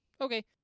Okay